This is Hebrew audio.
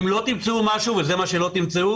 אם לא תמצאו וזה מה שלא תמצאו